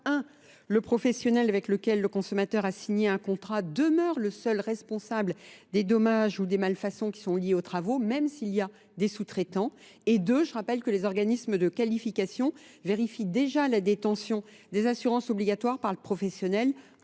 Le professionnel avec lequel le consommateur a signé un contrat demeure le seul responsable des dommages ou des malfaçons qui sont liés aux travaux, même s'il y a des sous-traitants. Et deux, je rappelle que les organismes de qualification vérifient déjà la détention des assurances obligatoires par le professionnel